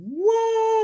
whoa